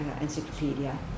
Encyclopedia